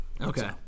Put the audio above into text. Okay